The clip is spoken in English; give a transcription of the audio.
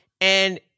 and-